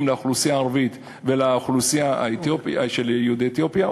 לאוכלוסייה הערבית ולאוכלוסייה של יהודי אתיופיה,